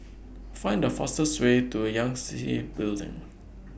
Find The fastest Way to Yangtze Building